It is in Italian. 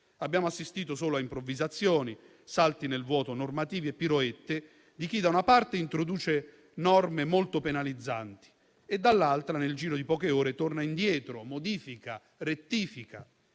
Abbiamo assistito solo a improvvisazioni, a salti nel vuoto normativo e a piroette di chi, da una parte, introduce norme molto penalizzanti e dall'altra, nel giro di poche ore, torna indietro, modifica e rettifica.